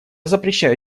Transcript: запрещаю